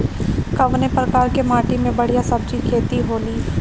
कवने प्रकार की माटी में बढ़िया सब्जी खेती हुई?